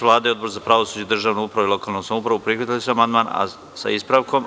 Vlada i Odbor za pravosuđe, državnu upravu i lokalnu samoupravu, prihvatili su amandman sa ispravkom.